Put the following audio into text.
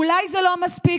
אולי זה לא מספיק,